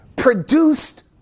Produced